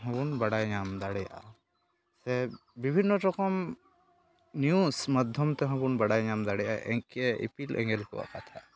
ᱦᱚᱸᱵᱚᱱ ᱵᱟᱲᱟᱭ ᱧᱟᱢ ᱫᱟᱲᱮᱜᱼᱟ ᱥᱮ ᱵᱤᱵᱷᱤᱱᱱᱚ ᱨᱚᱠᱚᱢ ᱱᱤᱣᱩᱥ ᱢᱟᱫᱽᱫᱷᱚᱢᱛᱮᱦᱚᱸ ᱵᱚᱱ ᱵᱟᱰᱟᱭ ᱧᱟᱢ ᱫᱟᱲᱮᱭᱟᱜᱼᱟ ᱤᱯᱤᱞᱼᱮᱸᱜᱮᱞ ᱠᱚᱣᱟᱜ ᱠᱟᱛᱷᱟ